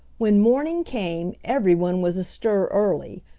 when morning came everyone was astir early,